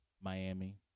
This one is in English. Miami